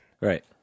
Right